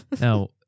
Now